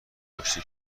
آشتی